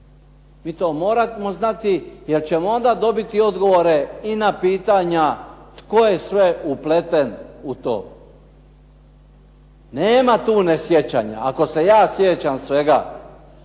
Mi to moramo znati jer ćemo onda dobiti odgovore i na pitanja tko je sve upleten u to. Nema tu nesjećanja, ako se ja sjećam svega,